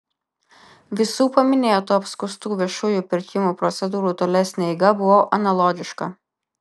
visų paminėtų apskųstų viešųjų pirkimų procedūrų tolesnė eiga buvo analogiška